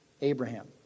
Abraham